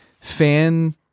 fan